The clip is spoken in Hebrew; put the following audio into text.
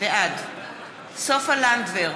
בעד סופה לנדבר,